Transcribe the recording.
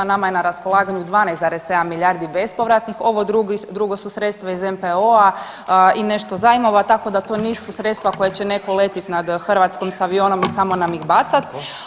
Nama je na raspolaganju 12,7 milijardi bespovratnih, ovo drugo su sredstva iz NPOO-a i nešto zajmova, tako da to nisu sredstva koja će netko letit nad Hrvatskom avionom i samo nam ih bacat.